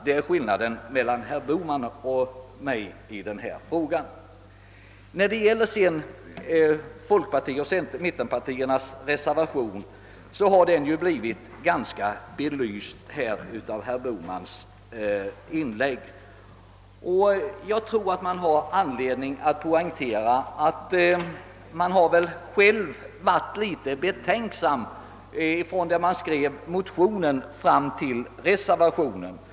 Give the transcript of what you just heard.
Det är skillnaden mellan herr Bohman och mig. Mittenpartiernas reservation har ju blivit ganska utförligt belyst av herr Bohman. Jag tror att det finns anledning poängtera, att mittenpartiernas ledamöter i utskottet tydligen själva blivit litet tveksamma under den tid som gått mellan motionsskrivningen och reservationsförfattandet.